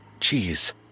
Jeez